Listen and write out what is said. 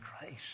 christ